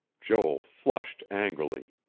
joel flushed angrily.